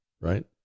right